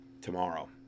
tomorrow